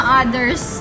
others